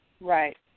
Right